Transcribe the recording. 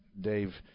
Dave